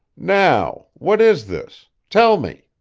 now what is this? tell me